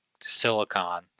silicon